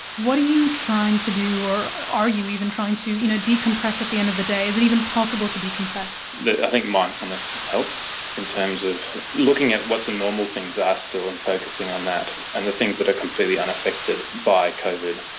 what are you trying to do or are you even trying to you know decompress at the end of the day? is it even possible to decompress? i think mindfulness helps in terms of looking at what the normal things are still and focusing on that, and the things that are completely unaffected by covid.